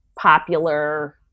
popular